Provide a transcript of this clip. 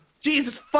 jesus